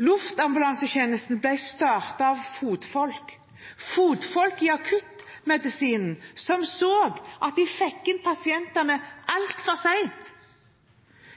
Luftambulansetjenesten ble startet av fotfolk i akuttmedisinen som så at de fikk inn pasientene altfor sent –